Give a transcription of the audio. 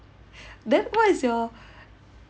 then what is your